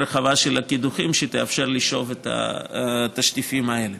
רחבה של הקידוחים שתאפשר לשאוב את התשטיפים האלה.